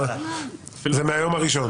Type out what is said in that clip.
זה מהיום הראשון.